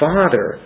Father